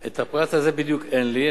את הפרט הזה בדיוק אין לי,